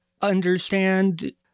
understand